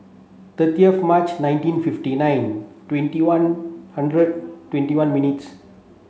thirty of March nineteen fifty nine twenty one hundred twenty one minutes